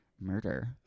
murder